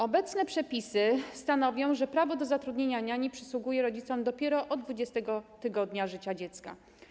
Obecne przepisy stanowią, że prawo do zatrudnienia niani przysługuje rodzicom dopiero od 20. tygodnia życia dziecka.